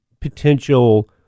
potential